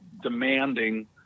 demanding